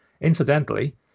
Incidentally